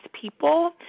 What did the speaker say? people